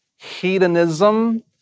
Hedonism